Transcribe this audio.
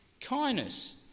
Kindness